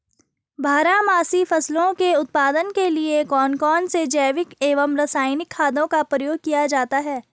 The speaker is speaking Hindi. बारहमासी फसलों के उत्पादन के लिए कौन कौन से जैविक एवं रासायनिक खादों का प्रयोग किया जाता है?